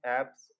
apps